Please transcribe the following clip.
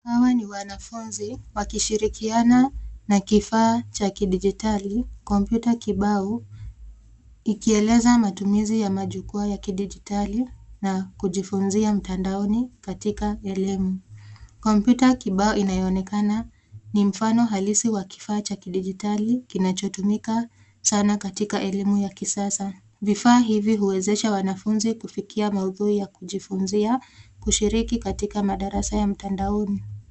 Hawa ni wanafunzi wakishirikiana na kifaa cha kidijitali; kompyuta kibao, ikieleza matumizi ya majukwaa ya kidijitali na kujifunzia mtandaoni katika elimu. Kompyuta kibao inayoonekana ni mfano halisi wa kifaa cha kidijitali kinachotumika sana katika elimu ya kisasa. Vifaa hivi huwezesha wanafunzi kufikia maudhui ya kujifunzia kushiriki katika madarasa ya mtandaoni.